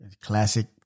Classic